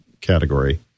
category